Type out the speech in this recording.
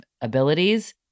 abilities